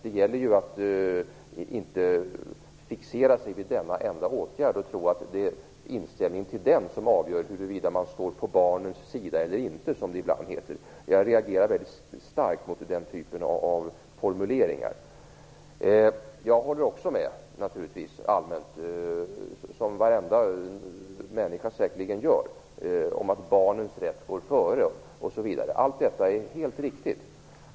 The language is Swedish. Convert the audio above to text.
Det gäller ju att inte fixera sig vid denna enda åtgärd och tro att det är inställningen till den som avgör huruvida man står på barnens sida eller inte, som det ibland heter. Jag reagerar väldigt starkt mot den typen av formuleringar. Som varenda människa säkerligen gör håller naturligtvis också jag med om att barnens rätt går före osv. Allt detta är helt riktigt.